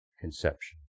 conception